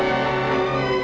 and